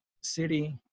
city